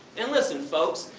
and listen, folks,